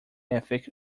ethnic